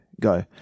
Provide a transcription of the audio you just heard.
Go